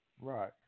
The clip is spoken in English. Right